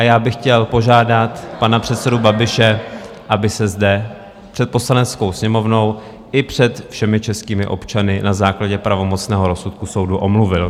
Já bych chtěl požádat pana předsedu Babiše, aby se zde před Poslaneckou sněmovnou i před všemi českými občany na základě pravomocného rozsudku soudu omluvil.